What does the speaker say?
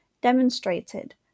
demonstrated